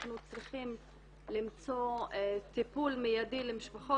אנחנו צריכים למצוא טיפול מיידי למשפחות